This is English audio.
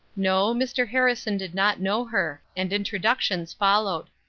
no, mr. harrison did not know her and introductions followed.